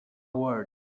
word